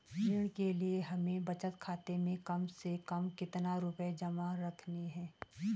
ऋण के लिए हमें बचत खाते में कम से कम कितना रुपये जमा रखने हैं?